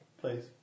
Please